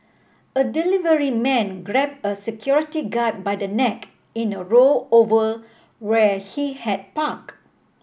a delivery man grabbed a security guard by the neck in a row over where he had parked